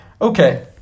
Okay